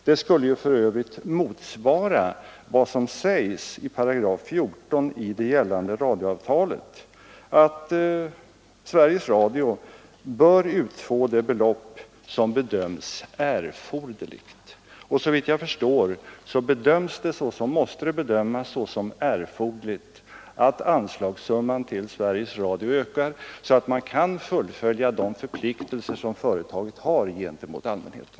Det skulle för övrigt motsvara vad som sägs i 14 § i det gällande radioavtalet, att Sveriges Radio bör utfå det belopp som ”bedöms erforderligt”. Såvitt jag förstår måste det bedömas såsom erforderligt att anslagssumman till Sveriges Radio ökas så att företaget kan fullfölja de förpliktelser som det har gentemot allmänheten.